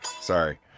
Sorry